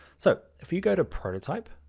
so if you go to prototype.